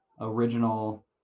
original